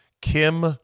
Kim